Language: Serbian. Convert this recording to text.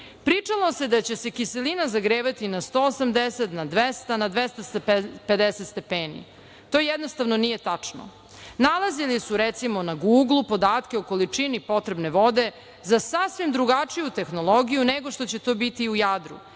Pričalo se da će se kiselina zagrevati na 180, na 200, na 250 stepeni, to jednostavno nije tačno. Nalazili su, recimo, na Guglu podatke o količini potrebne vode za sasvim drugačiju tehnologiju nego što će to biti u Jadru